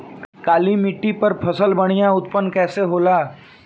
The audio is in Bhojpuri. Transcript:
काली मिट्टी पर फसल बढ़िया उन्नत कैसे होला?